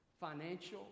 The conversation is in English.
financial